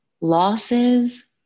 losses